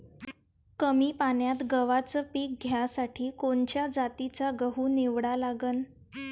कमी पान्यात गव्हाचं पीक घ्यासाठी कोनच्या जातीचा गहू निवडा लागन?